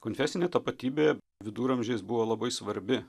konfesinė tapatybė viduramžiais buvo labai svarbi